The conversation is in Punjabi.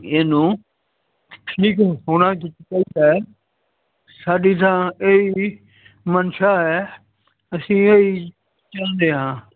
ਇਹਨੂੰ ਠੀਕ ਹੋਣਾ ਚਾਹੀਦਾ ਸਾਡੀ ਤਾਂ ਇਹੀ ਮਨਸ਼ਾ ਹੈ ਅਸੀਂ ਇਹੀ ਚਾਹੁੰਦੇ ਹਾਂ